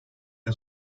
yıl